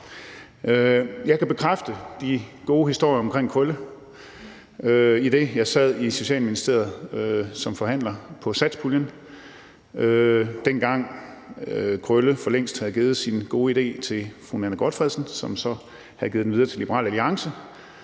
Jeg kan bekræfte de gode historier omkring Krølle, idet jeg sad i Socialministeriet som forhandler på satspuljen, dengang Krølle for længst havde givet sin gode idé til fru Nanna W. Gotfredsen, som så havde givet den videre til Liberal Alliance.